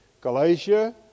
Galatia